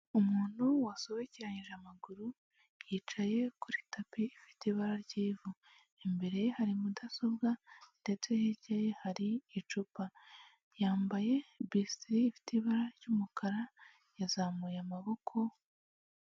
Umuntu wasobekeranije amaguru, yicaye kuri tapi ifite ibara ry'ivu. Imbere ye hari mudasobwa ndetse hirya ye hari icupa yambaye bisitiri ifite ibara ry'umukara yazamuye amaboko.